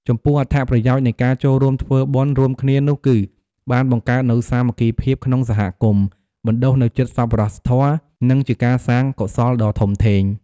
ចំពោះអត្ថប្រយោជន៍នៃការចូលរួមធ្វើបុណ្យរួមគ្នានោះគឺ បានបង្កើតនូវសាមគ្គីភាពក្នុងសហគមន៍ បណ្ដុះនូវចិត្តសប្បុរសធម៌ និងជាការសាងកុសលដ៏ធំធេង។